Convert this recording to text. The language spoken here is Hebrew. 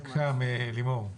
בבקשה, לימור.